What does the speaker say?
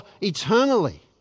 eternally